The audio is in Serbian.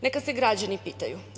Neka se građani pitaju.